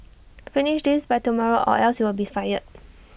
finish this by tomorrow or else you'll be fired